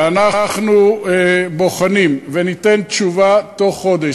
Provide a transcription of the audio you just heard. ואנחנו בוחנים וניתן תשובה בתוך חודש.